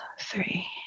three